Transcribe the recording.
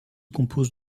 compose